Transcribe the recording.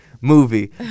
movie